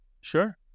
Sure